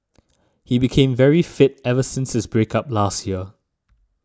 he became very fit ever since his break up last year